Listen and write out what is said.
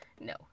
No